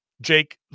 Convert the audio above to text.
Jake